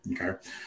okay